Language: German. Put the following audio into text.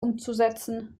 umzusetzen